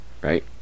Right